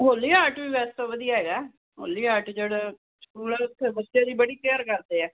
ਹੋਲੀ Heart ਵੀ ਵੈਸੇ ਤਾਂ ਵਧੀਆ ਹੈਗਾ ਹੋਲੀ ਹਾਰਟ ਜਿਹੜਾ ਸਕੂਲ ਹੈ ਉੱਥੇ ਬੱਚੇ ਦੀ ਬੜੀ ਕੇਅਰ ਕਰਦੇ ਹੈ